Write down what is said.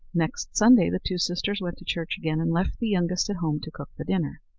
next sunday the two sisters went to church again and left the youngest at home to cook the dinner.